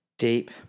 Deep